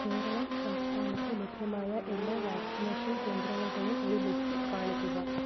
കേരളം സംസ്ഥാനത്ത് ലഭ്യമായ എല്ലാ വാക്സിനേഷൻ കേന്ദ്രങ്ങളുടെയും ഒരു ലിസ്റ്റ് കാണിക്കുക